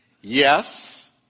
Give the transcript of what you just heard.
Yes